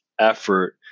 effort